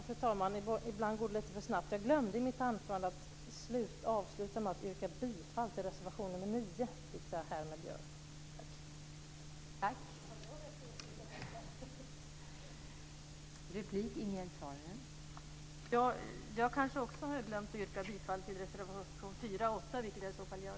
Fru talman! Ibland går det lite för snabbt. Jag glömde att avsluta mitt anförande med att yrka bifall till reservation 9, vilket jag härmed gör.